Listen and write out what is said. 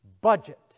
budget